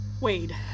Wade